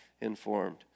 informed